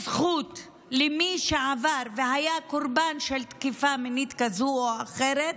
למי שעבר והיה קורבן של תקיפה מינית כזאת או אחרת,